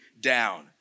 down